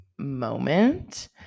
moment